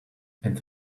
and